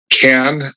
can-